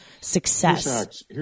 success